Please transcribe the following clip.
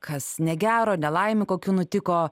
kas negero nelaimių kokių nutiko